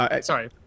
Sorry